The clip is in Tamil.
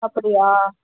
அப்படியா